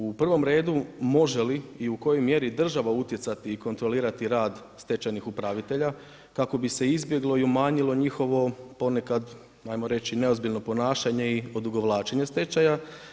U prvom redu može li i u kojoj mjeri država utjecati i kontrolirati rad stečajnih upravitelja, kako bi se izbjeglo i umanjilo njihovo poneka, ajmo reći neozbiljno ponašanje i odugovlačenje stečaja.